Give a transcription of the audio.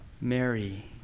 Mary